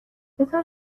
بذار